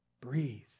Breathe